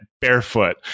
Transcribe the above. barefoot